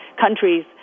countries